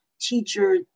teacher